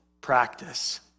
practice